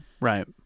Right